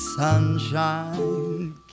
Sunshine